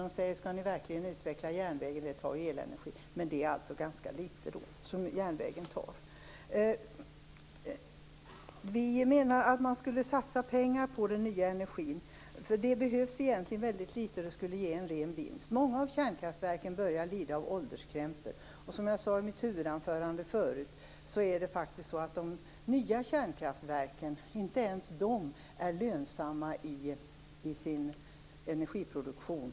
Man frågar om det verkligen går att utveckla järnvägen, men järnvägen förbrukar alltså ganska litet. Vi menar att man skulle satsa pengar på den nya energin. För det behövs egentligen väldigt litet, men det skulle ge en ren vinst. Många av kärnkraftverken börjar lida av ålderskrämpor. Som jag sade i mitt huvudanförande är inte ens de nya kärnkraftverken lönsamma i sin energiproduktion.